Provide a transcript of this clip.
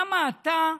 למה אתה,